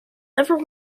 ever